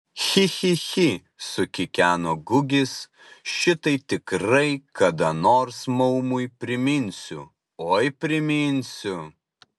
chi chi chi sukikeno gugis šitai tikrai kada nors maumui priminsiu oi priminsiu